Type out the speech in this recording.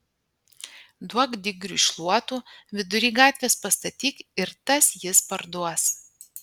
duok digriui šluotų vidury gatvės pastatyk ir tas jis parduos